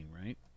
right